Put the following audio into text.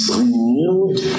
renewed